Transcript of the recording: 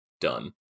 done